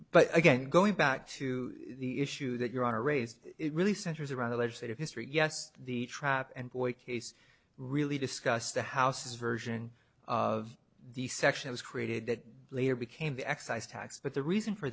but again going back to the issue that you are raised it really centers around the legislative history yes the trap and boy case really discussed the house's version of the section was created that later became the excise tax but the reason for